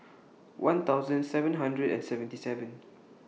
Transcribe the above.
one thousand seven hundred and seventy seven